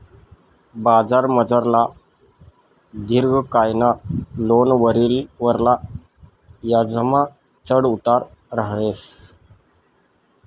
बजारमझारला दिर्घकायना लोनवरला याजमा चढ उतार रहास